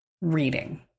reading